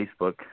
Facebook